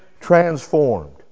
transformed